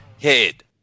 head